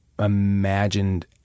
imagined